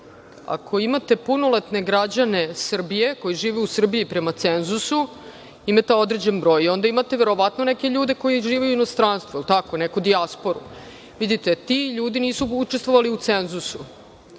imate punoletne građane Srbije koji žive u Srbiji, prema cenzusu, imate određen broj, onda imate verovatno neke ljude koji žive u inostranstvu, jel tako, neku dijasporu? Vidite, ti ljudi nisu učestvovali u cenzusu